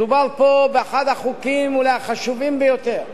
מדובר פה באחד החוקים אולי החשובים ביותר.